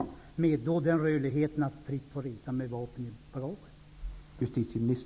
Vad kommer att hända när vi får fri rörlighet att resa med vapen i bagaget?